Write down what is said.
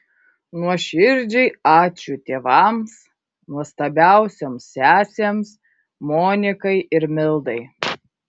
nuoširdžiai ačiū tėvams nuostabiausioms sesėms monikai ir mildai